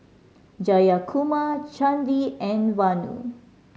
Jayakumar Chandi and Vanu